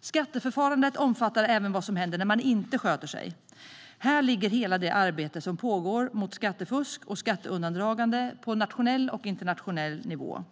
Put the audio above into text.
Skatteförfarandet omfattar även vad som händer när man inte sköter sig. Här ligger hela det arbete som pågår mot skattefusk och skatteundandragande på nationell och internationell nivå.